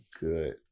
good